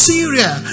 Syria